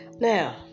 Now